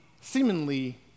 seemingly